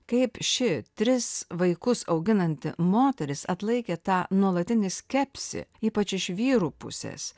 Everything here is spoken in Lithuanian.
kaip ši tris vaikus auginanti moteris atlaikė tą nuolatinį skepsį ypač iš vyrų pusės